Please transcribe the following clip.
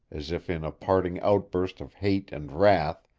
as if in a parting outburst of hate and wrath,